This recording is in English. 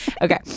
Okay